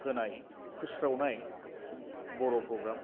होनाय फोस्रावनाय बर' प्रग्राम